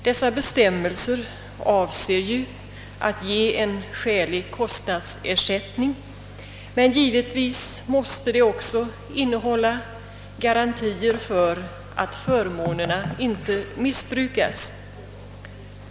Dessa bestämmelser avser ju att ge en skälig kostnadsersättning, men givetvis måste de också innehålla garantier för att förmånerna inte missbrukas.